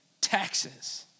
taxes